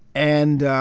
and